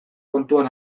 kontuan